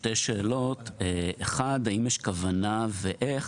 שתי שאלות: א', האם יש כוונה, ואיך,